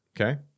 Okay